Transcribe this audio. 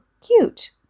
cute